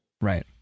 right